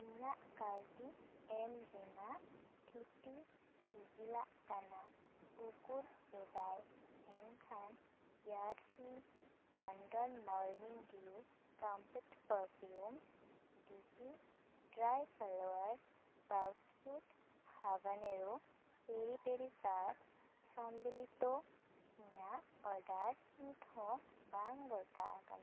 ᱤᱧᱟᱹᱜ ᱠᱟᱣᱰᱤ ᱮᱢ ᱨᱮᱱᱟᱜ ᱛᱷᱤᱛᱤ ᱥᱤᱜᱤᱞᱟᱠᱟᱱᱟ ᱩᱜᱩᱫ ᱮᱫᱟᱭ ᱮᱱᱠᱷᱟᱱ Yardley London Morning Dew compact perfume ᱰᱤᱯᱤ ᱰᱨᱟᱭ ᱯᱷᱞᱟᱣᱟᱨ ᱵᱩᱠᱮ ᱦᱟᱵᱟᱱᱮᱨᱳ ᱯᱮᱨᱤ ᱯᱮᱨᱤ ᱥᱚᱥ ᱥᱚᱢᱵᱤᱞᱤᱛᱚ ᱤᱧᱟᱹᱜ ᱚᱰᱟᱨ ᱱᱤᱛᱦᱚᱸ ᱵᱟᱝ ᱜᱚᱴᱟ ᱟᱠᱟᱱᱟ